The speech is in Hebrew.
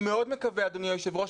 אדוני היושב-ראש,